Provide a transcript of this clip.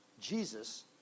Jesus